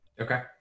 Okay